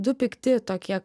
du pikti tokie